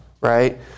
right